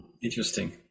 Interesting